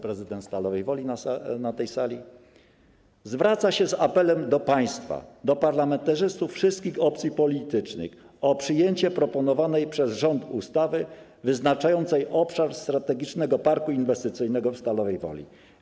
Prezydent Stalowej Woli jest na tej Sali i zwraca się do państwa, do parlamentarzystów wszystkich opcji politycznych z apelem o przyjęcie proponowanej przez rząd ustawy wyznaczającej obszar strategicznego parku inwestycyjnego w Stalowej Woli.